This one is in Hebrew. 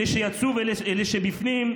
אלה שיצאו ואלה שבפנים,